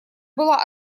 была